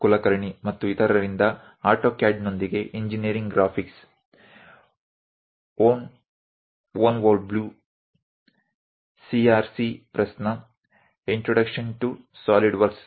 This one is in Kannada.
ಕುಲಕರ್ಣಿ ಮತ್ತು ಇತರರಿಂದ ಆಟೋಕ್ಯಾಡ್ನೊಂದಿಗೆ ಇಂಜಿನೀರಿಂಗ್ ಗ್ರಾಫಿಕ್ಸ್ ಒನ್ವೋಬ್ಲು ಸಿಆರ್ಸಿ ಪ್ರೆಸ್ನ ಇಂಟ್ರೋಡಕ್ಷನ್ ಟೊ ಸೋಲಿಡ್ ವರ್ಕ್ಸ್